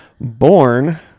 born